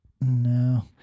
No